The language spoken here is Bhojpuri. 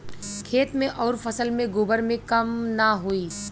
खेत मे अउर फसल मे गोबर से कम ना होई?